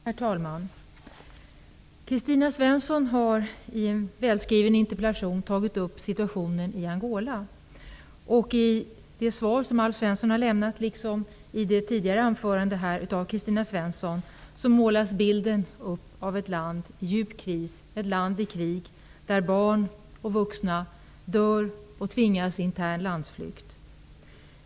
Herr talman! Kristina Svensson har i en välskriven interpellation tagit upp situationen i Angola. I det svar som Alf Svensson har lämnat liksom i Kristina Svenssons anförande målas bilden upp av ett land i djup kris, ett land i krig där barn och vuxna dör och tvingas till landsflykt.